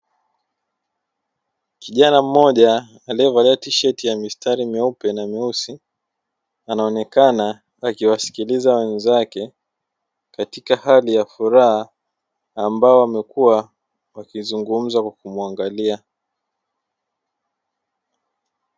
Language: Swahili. Kijana mmoja aliyevalia tisheti ya mistari meupe na meusi anaonekana akiwasikiliza wenzake katika hali ya furaha ambao wamekuwa akizungumza kwa kumuangalia.